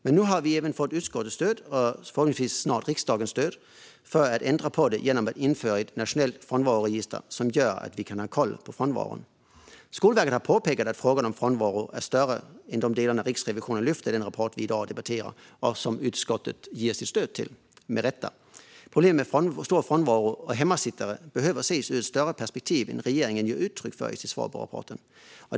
Men nu har vi utskottets, och förhoppningsvis snart även riksdagens, stöd att ändra på detta genom att införa ett nationellt frånvaroregister som gör att vi kan ha koll på frånvaron. Skolverket har påpekat att frågan om frånvaro är större än de delar Riksrevisionen lyfter fram i den rapport vi i dag debatterar och som utskottet med rätta ger sitt stöd till. Problemet med stor frånvaro och hemmasittare behöver ses i ett större perspektiv än regeringen ger uttryck för i sitt svar på rapporten.